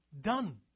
done